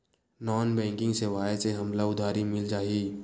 Non banking सेवाएं से हमला उधारी मिल जाहि?